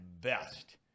best